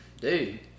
dude